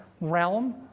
realm